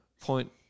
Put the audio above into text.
point